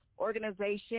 organization